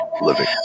living